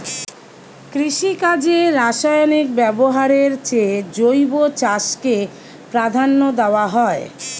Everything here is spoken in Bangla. কৃষিকাজে রাসায়নিক ব্যবহারের চেয়ে জৈব চাষকে প্রাধান্য দেওয়া হয়